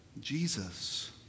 Jesus